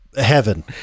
heaven